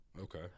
Okay